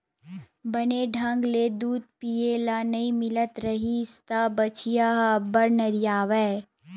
बने ढंग ले दूद पिए ल नइ मिलत रिहिस त बछिया ह अब्बड़ नरियावय